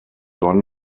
one